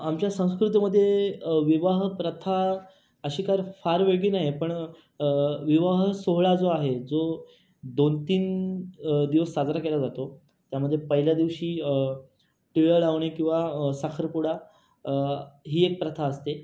आमच्या संस्कृतीमध्ये विवाह प्रथा अशी काय फार वेगळी नाही आहे पण विवाह सोहळा जो आहे जो दोनतीन दिवस साजरा केला जातो त्यामध्ये पहिल्या दिवशी टिळा लावणे किंवा साखरपुडा ही एक प्रथा असते